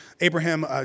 Abraham